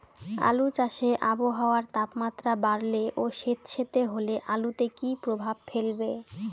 আলু চাষে আবহাওয়ার তাপমাত্রা বাড়লে ও সেতসেতে হলে আলুতে কী প্রভাব ফেলবে?